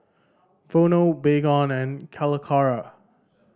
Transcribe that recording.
Vono Baygon and Calacara